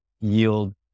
yield